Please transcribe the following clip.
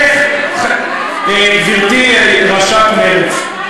גברתי מתי ישבנו?